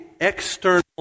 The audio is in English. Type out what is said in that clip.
external